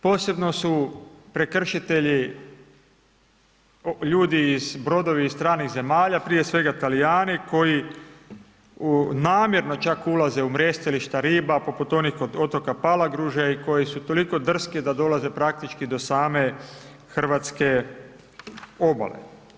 Posebno su prekršitelji ljudi iz, brodovi iz stranih zemalja, prije svega Talijani koji namjerno čak ulaze u mrjestilišta riba poput onih kod otoka Palagruže i koji su toliko drski da dolaze praktički do same hrvatske obale.